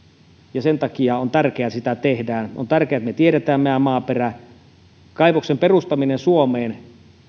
ja sen takia on tärkeää että sitä tehdään on tärkeää että me tiedämme meidän maaperämme kaivoksen perustaminen suomeen